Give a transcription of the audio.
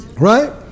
Right